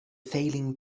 failing